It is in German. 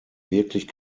wirklich